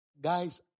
Guys